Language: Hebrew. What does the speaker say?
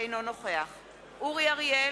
אינו נוכח אורי אריאל,